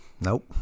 nope